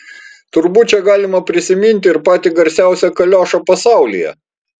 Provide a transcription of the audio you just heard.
turbūt čia galima prisiminti ir patį garsiausią kaliošą pasaulyje